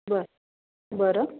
बरं बरं